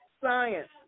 science